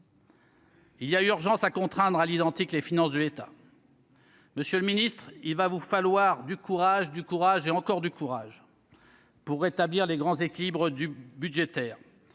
Il y a urgence à contraindre à l'identique les finances de l'État. Monsieur le Ministre, il va vous falloir du courage, du courage et encore du courage. Pour rétablir les grands équilibres du budgétaire